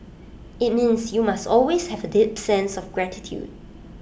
IT means you must always have A deep sense of gratitude